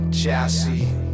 chassis